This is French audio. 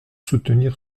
soutenir